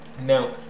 Now